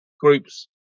groups